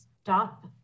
stop